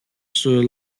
sur